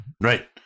right